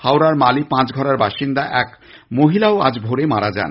হাওড়ার মালিপাঁচঘড়ার বাসিন্দা এক মহিলাও আজ ভোরে মারা যান